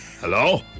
Hello